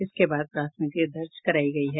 इसके बाद प्राथमिकी दर्ज करायी गयी है